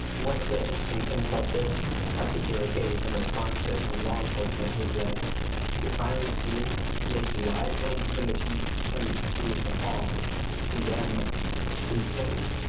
one of the interesting things about this particular case and the response to it from law enforcement is that you're finally seeing nationwide and even the chief in the city of st. paul condemn police killing.